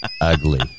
ugly